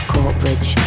Courtbridge